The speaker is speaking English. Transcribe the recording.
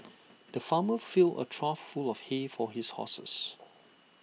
the farmer filled A trough full of hay for his horses